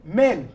men